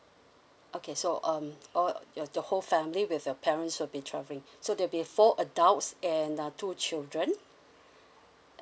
okay so um all your the whole family with your parents will be travelling so there'll be four adults and uh two children